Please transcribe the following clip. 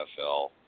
NFL